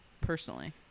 personally